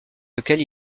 laquelle